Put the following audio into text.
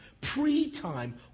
pre-time